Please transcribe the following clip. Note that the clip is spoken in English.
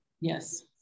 Yes